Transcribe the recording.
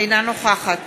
אינה נוכחת